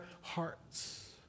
hearts